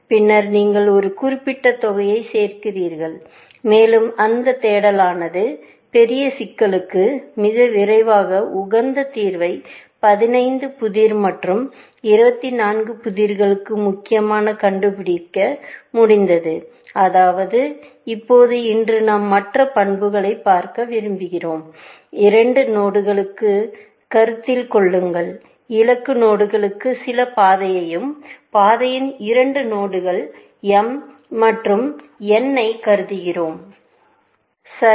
பின்னர் நீங்கள் ஒரு குறிப்பிட்ட தொகையைச் சேர்க்கிறீர்கள் மேலும் அந்தத் தேடலானது பெரிய சிக்கலுக்கு மிக விரைவாக உகந்த தீர்வைக் 15 புதிர் மற்றும் 24 புதிர்களுக்கு முக்கியமாக கண்டுபிடிக்க முடிந்தது அதாவது இப்போது இன்று நாம் மற்ற பண்புகளைப் பார்க்க விரும்புகிறோம் இரண்டு நோடுகளைக் கருத்தில் கொள்ளுங்கள் இலக்கு நோடுக்கு சில பாதையையும் பாதையில் இரண்டு நோடுகள் m மற்றும் n ஐயும் கருதுகிறோம் Refer Time 0448